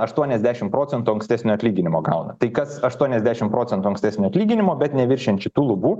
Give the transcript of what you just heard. aštuoniasdešim procentų ankstesnio atlyginimo gauna tai kas aštuoniasdešim procentų ankstesnio atlyginimo bet neviršijant šitų lubų